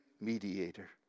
mediator